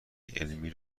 علمی